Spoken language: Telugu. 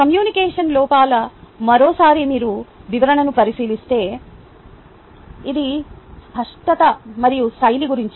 కమ్యూనికేషన్ లోపల మరోసారి మీరు వివరణను పరిశీలిస్తే అది స్పష్టత మరియు శైలి గురించి